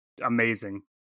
amazing